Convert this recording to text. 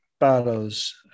bottles